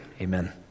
Amen